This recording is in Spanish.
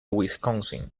wisconsin